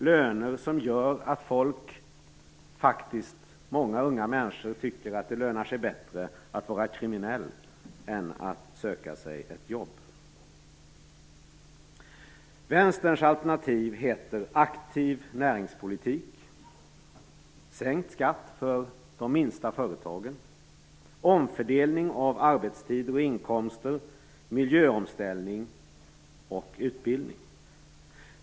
Detta är löner som gör att många unga människor faktiskt tycker att det lönar sig bättre att vara kriminell än att söka sig ett jobb. Vänsterns alternativ är aktiv näringspolitik, sänkt skatt för de minsta företagen, omfördelning av arbetstid och inkomster, miljöomställning och utbildning.